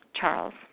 Charles